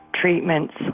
treatments